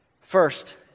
First